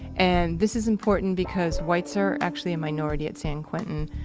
and this is important because whites are actually a minority at san quentin.